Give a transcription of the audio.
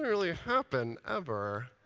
really happen, ever.